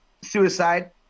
suicide